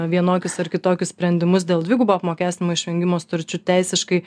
vienokius ar kitokius sprendimus dėl dvigubo apmokestinimo išvengimo sutarčių teisiškai